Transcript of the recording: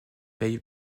pay